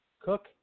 Cook